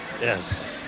Yes